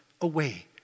away